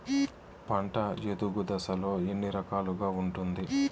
పంట ఎదుగు దశలు ఎన్ని రకాలుగా ఉంటుంది?